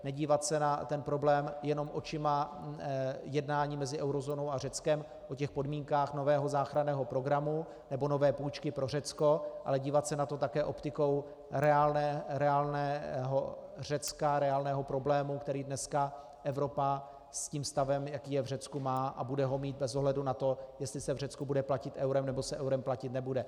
Nedívat se na ten problém jenom očima jednání mezi eurozónou a Řeckem o podmínkách nového záchranného programu, nebo nové půjčky pro Řecko, ale dívat se na to také optikou reálného Řecka, reálného problému, který dneska Evropa se stavem, jaký je v Řecku, má a bude ho mít bez ohledu na to, jestli se v Řecku bude platit eurem, nebo se eurem platit nebude.